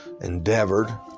endeavored